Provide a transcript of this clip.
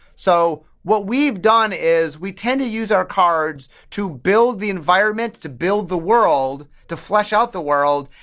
so what we've done is we tend to use our cards to build the environment, to build the world, to flesh out the world,